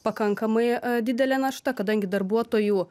pakankamai didelė našta kadangi darbuotojų